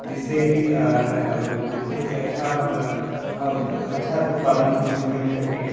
जिससे कि जिससे कि अच्छा अच्छा उत्पादन मुझे मिल सके